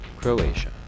Croatia